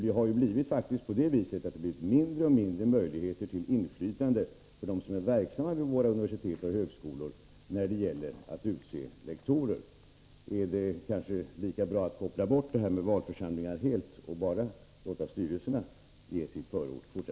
Det har ju faktiskt blivit mindre och mindre möjlighet till inflytande för dem som är verksamma vid våra universitet och högskolor när det gäller att utse rektorer. Är det kanske lika bra att fortsättningsvis koppla bort valförsamlingarna helt och bara låta styrelserna ge sitt förord?